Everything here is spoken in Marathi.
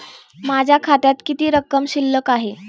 माझ्या खात्यात किती रक्कम शिल्लक आहे?